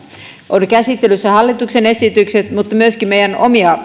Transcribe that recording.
käsittelyssä ovat hallituksen esitykset mutta myöskin meidän omia